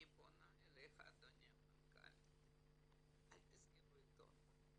אני פונה אליך אדוני המנכ"ל, אל תסגרו את העיתון.